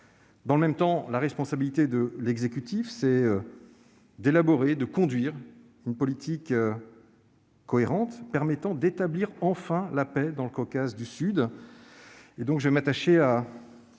Dans le même temps, la responsabilité de l'exécutif est d'élaborer et de conduire une politique cohérente permettant d'établir enfin la paix dans le Caucase du Sud. Je m'attacherai